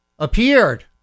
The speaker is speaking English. Appeared